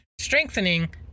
strengthening